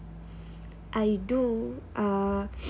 I do uh